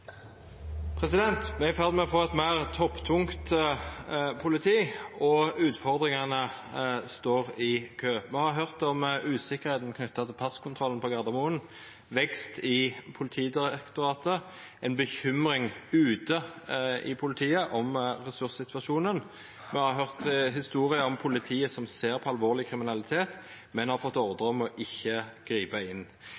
i ferd med å få eit meir topptungt politi, og utfordringane står i kø. Me har høyrt om usikkerheit knytt til passkontrollen på Gardermoen, vekst i Politidirektoratet, bekymring ute i politiet om ressurssituasjonen. Me har høyrt historier om at politiet ser på alvorleg kriminalitet, men har fått